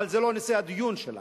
אבל זה לא נושא הדיון שלנו.